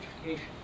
education